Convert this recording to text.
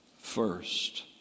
first